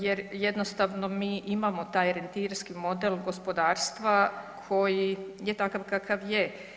Jer jednostavno mi imamo taj orjentirski model gospodarstva koji je takav kakav je.